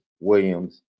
Williams